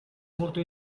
molto